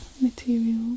material